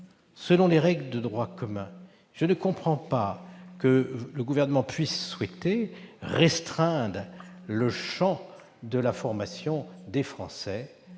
selon les règles de droit commun. Je ne comprends pas que le Gouvernement puisse vouloir restreindre le champ de l'information des Français